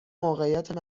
موقعیت